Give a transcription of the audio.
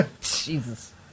Jesus